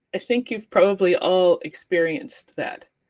i think you've probably all experienced that,